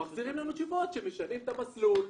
מחזירים לנו תשובות שמשנים את המסלול,